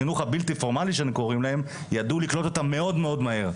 החינוך הבלתי פורמלי ידעה לקלוט אותם מאוד מאוד מהר.